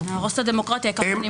נהרוס את הדמוקרטיה העיקר בנימוס.